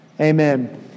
Amen